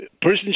Person